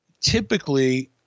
Typically